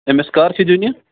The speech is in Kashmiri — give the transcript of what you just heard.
أمِس کَر چھِ دِنۍ یہِ